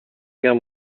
guerre